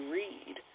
read